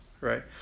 right